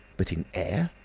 but in air?